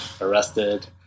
arrested